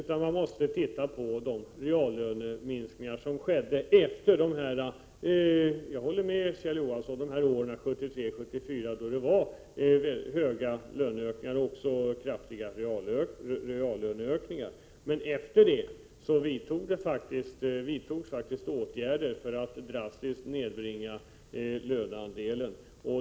Man måste se på de reallöneminskningar som skedde efter åren 1973-74-— jag håller med Kjell Johansson — då det var betydande löneökningar och även en kraftig ökning av reallönerna. Men därefter vidtogs faktiskt åtgärder för att drastiskt nedbringa löneandelen.